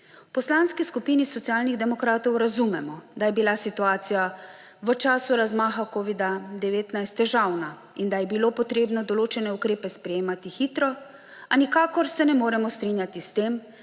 Poslanski skupini Socialnih demokratov razumemo, da je bila situacija v času razmaha covida-19 težavna in da je bilo potrebno določene ukrepe sprejemati hitro, a nikakor se ne moremo strinjati s tem,